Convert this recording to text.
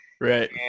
Right